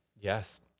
Yes